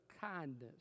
kindness